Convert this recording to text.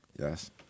Yes